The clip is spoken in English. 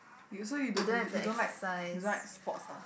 you so you don't you don't like you don't like sports ah